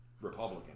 Republican